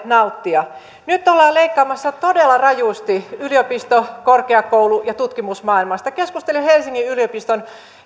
nauttia nyt ollaan leikkaamassa todella rajusti yliopisto korkeakoulu ja tutkimusmaailmasta keskustelin helsingin yliopiston